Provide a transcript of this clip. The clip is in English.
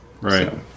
Right